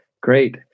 Great